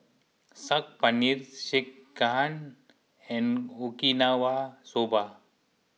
Saag Paneer Sekihan and Okinawa Soba